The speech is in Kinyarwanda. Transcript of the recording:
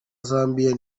zambia